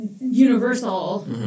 universal